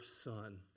son